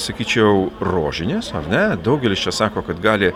sakyčiau rožinės ar ne daugelis čia sako kad gali